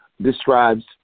describes